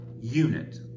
unit